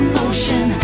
motion